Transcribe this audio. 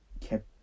kept